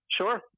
Sure